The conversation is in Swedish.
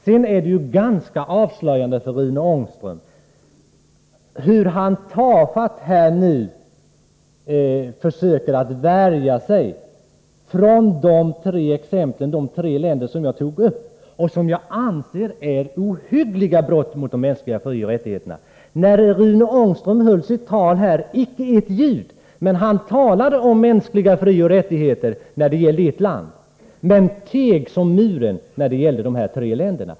Sedan är det ju ganska avslöjande för Rune Ångström när han tafatt försöker värja sig för de tre exempel på länder som jag tog upp och där jag anser att det begås ohyggliga brott mot de mänskliga frioch rättigheterna. När Rune Ångström höll sitt anförande här hördes inte ett ljud om detta. Han talade om mänskliga frioch rättigheter när det gällde ett land, men han teg som muren i fråga om dessa tre länder.